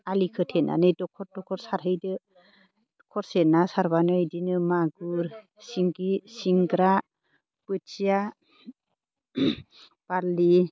आलि खोथेनानै दखर दखर सारहैदो दखरसे ना सारबानो बिदिनो मागुर सिंगि सिंग्रा बोथिया बारलि